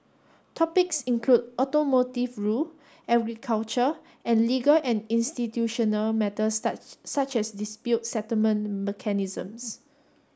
topics include automotive rule agriculture and legal and institutional matters such as dispute settlement mechanisms